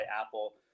Apple